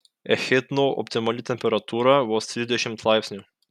echidnų optimali temperatūra vos trisdešimt laipsnių